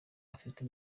afite